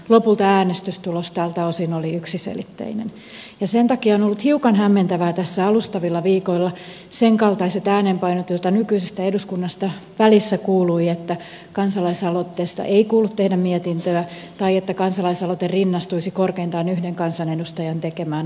lopulta äänestystulos tältä osin oli yksiselitteinen ja sen takia ovat olleet hiukan hämmentäviä tässä alustavilla viikoilla senkaltaiset äänenpainot joita nykyisestä eduskunnasta välillä kuului että kansalaisaloitteesta ei kuulu tehdä mietintöä tai että kansalaisaloite rinnastuisi korkeintaan yhden kansanedustajan tekemään aloitteeseen